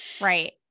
right